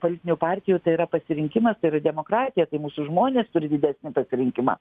politinių partijų tai yra pasirinkimas tai yra demokratija kai mūsų žmonės turi didesnį pasirinkimą